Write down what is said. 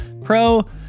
Pro